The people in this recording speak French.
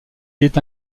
est